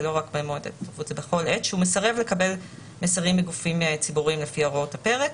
שהוא מסרב לקבל מסרים מגופים ציבוריים לפי הוראות הפרק.